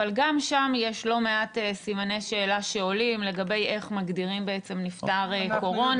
אבל גם יש לא מעט סימני שאלה שעולים לגבי איך מגדירים נפטר קורונה.